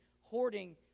hoarding